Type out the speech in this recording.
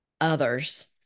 others